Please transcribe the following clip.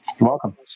Welcome